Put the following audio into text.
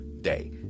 day